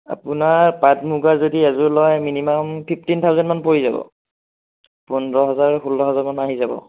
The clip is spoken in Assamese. আপোনাৰ পাট মুগাৰ যদি এযোৰ লয় মিনিমাম ফিফটিন থাউজেণ্ডমান পৰি যাব পোন্ধৰ হাজাৰ ষোল্ল হাজাৰমান আহি যাব